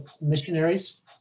missionaries